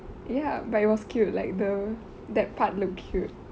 ya but it was cute like the that part looked cute